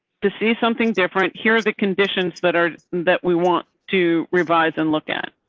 to see something different here are the conditions that are that we want to revise and look at.